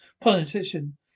Politician